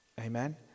Amen